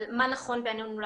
על מה נכון ועלינו לעשות.